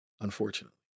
Unfortunately